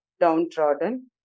downtrodden